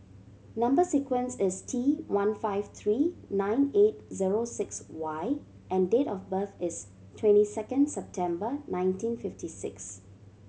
number sequence is T one five three nine eight zero six Y and date of birth is twenty second September nineteen fifty six